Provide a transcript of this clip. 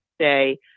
say